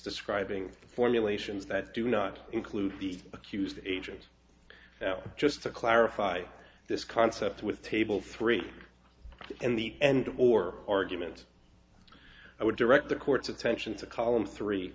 describing formulations that do not include the accused agent just to clarify this concept with table three in the end or argument i would direct the court's attention to column three